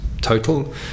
total